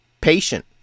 Patient